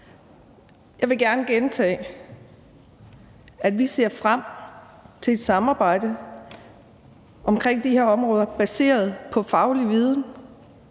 Jeg vil gerne gentage, at vi ser frem til et samarbejde omkring de her områder baseret på faglig viden